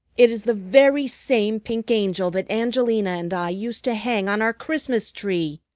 it is the very same pink angel that angelina and i used to hang on our christmas tree!